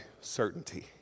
certainty